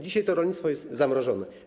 Dzisiaj to rolnictwo jest zamrożone.